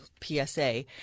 PSA